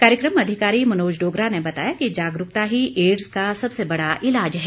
कार्यकम अधिकारी मनोज डोगरा ने बताया कि जागरूकता ही एडस का सबसे बड़ा ईलाज है